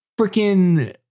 freaking